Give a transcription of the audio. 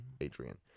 Adrian